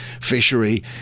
fishery